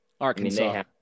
arkansas